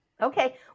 Okay